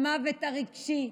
המוות הרגשי,